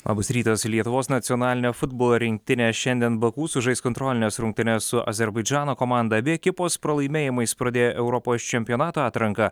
labas rytas lietuvos nacionalinė futbolo rinktinė šiandien baku sužais kontrolines rungtynes su azerbaidžano komanda abi ekipos pralaimėjimais pradėjo europos čempionato atranką